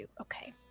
okay